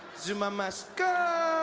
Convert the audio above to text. zuma must go!